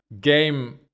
game